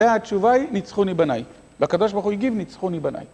והתשובה היא, ניצחוני בניי. והקדוש ברוך הוא הגיב, ניצחוני בניי.